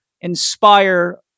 inspire